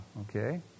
okay